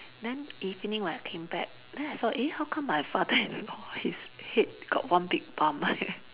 then evening when I came back then I saw eh how come my father-in-law his head got one big bump